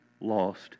lost